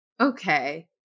Okay